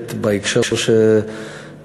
צודקת בכך שספציפית